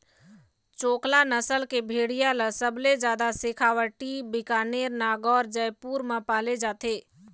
चोकला नसल के भेड़िया ल सबले जादा सेखावाटी, बीकानेर, नागौर, जयपुर म पाले जाथे